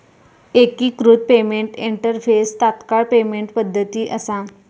एकिकृत payment interface तात्काळ payment पद्धती असा